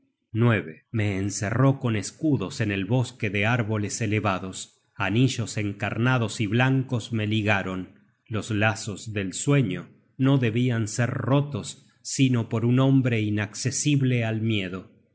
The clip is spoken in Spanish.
odin me encerró con escudos en el bosque de árboles elevados anillos encarnados y blancos me ligaron los lazos del sueño no debian ser rotos sino por un hombre inaccesible al miedo